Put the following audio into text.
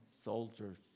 soldiers